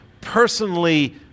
personally